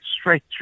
straight